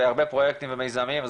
בהרבה פרוייקטים ומיזמים.